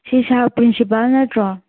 ꯁꯤ sir principal ꯅꯠꯇ꯭ꯔꯣ